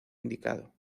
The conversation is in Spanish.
indicado